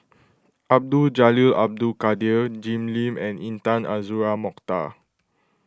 Abdul Jalil Abdul Kadir Jim Lim and Intan Azura Mokhtar